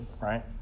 right